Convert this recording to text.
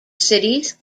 cities